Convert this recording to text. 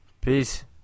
Peace